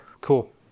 cool